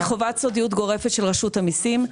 היא חובת סודיות גורפת של רשות המסים.